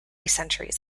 centuries